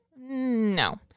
no